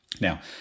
Now